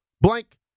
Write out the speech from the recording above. blank